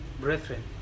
brethren